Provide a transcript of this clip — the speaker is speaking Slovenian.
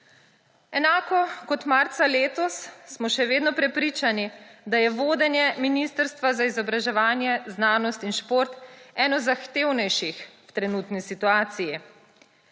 Enako kot marca letos smo še vedno prepričani, da je vodenje Ministrstva za izobraževanje, znanost in šport eno zahtevnejših v trenutni situaciji.